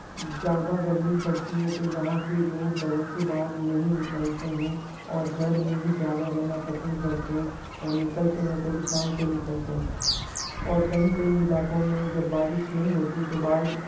ज़्यादा गर्मी पड़ती है तो यहाँ के लोग घरों से बाहर नहीं निकलते है और घर में ही ज़्यादा रहना पसंद करते है और निकलते हैं तो भी शाम को निकलते हैं और कहीं कहीं इलाकों में जब बारिश नही होती है तो बाढ़